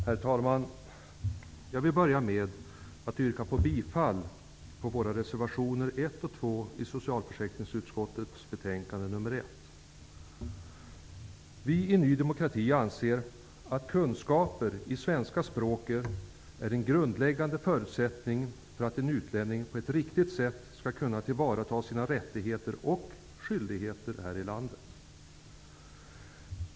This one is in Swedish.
Herr talman! Jag vill börja med att yrka bifall till Vi i Ny demokrati anser att kunskaper i svenska språket är en grundläggande förutsättning för att en utlänning på ett riktigt sätt skall kunna tillvarata sina rättigheter och leva upp till sina skyldigheter här i landet.